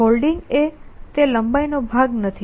Holding તે લંબાઈનો ભાગ નથી